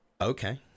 Okay